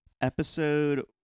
Episode